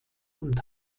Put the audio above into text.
und